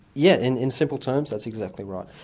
yeah in in simple terms, that's exactly right.